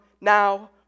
now